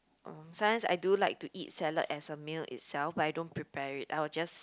uh sometimes I do like to eat salad as a meal itself but I don't prepare it I'll just